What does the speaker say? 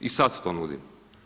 I sad to nudim.